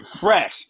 fresh